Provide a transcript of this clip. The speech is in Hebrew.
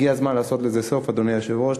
הגיע הזמן לעשות לזה סוף, אדוני היושב-ראש.